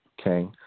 okay